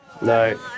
No